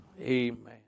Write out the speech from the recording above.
Amen